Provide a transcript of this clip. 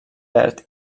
verd